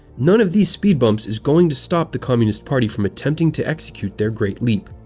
none of these speed bumps is going to stop the communist party from attempting to execute their great leap.